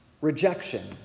rejection